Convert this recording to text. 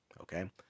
okay